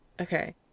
Okay